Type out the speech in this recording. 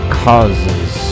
causes